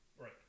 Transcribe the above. right